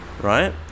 Right